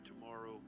tomorrow